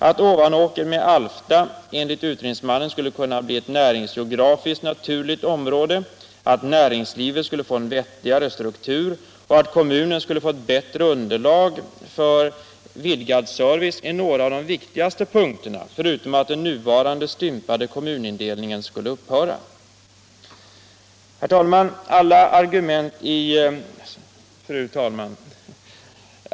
Att Ovanåker med Alfta enligt utredningsmannen skulle kunna bli ett näringsgeografiskt naturligt område, att näringslivet skulle få en vettigare struktur och att kommunen skulle få ett bättre underlag för vidgad service är några av de viktigaste punkterna, förutom att den nuvarande stympade kommunindelningen skulle upphöra. Fru talman!